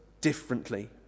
differently